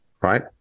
right